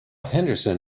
henderson